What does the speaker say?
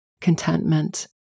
contentment